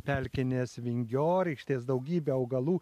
pelkinės vingiorykštės daugybė augalų